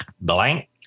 blank